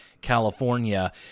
California